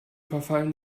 verfallen